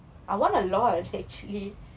I want a lot actually